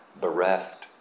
bereft